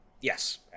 Yes